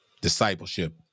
Discipleship